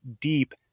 deep